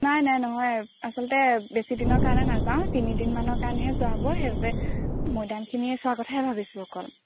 নাই নাই নহয় আচলতে বেছি দিনৰ কাৰণে নাযাওঁ তিনি দিনমানৰ কাৰণেহে যোৱা হ'ব সেইবাবে মৈদামখিনি চোৱাৰ কথাহে ভাবিছোঁ অকল